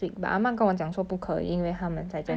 okay lah should be should be quite fast